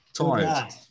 Tired